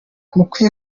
mukwiye